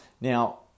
Now